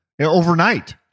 overnight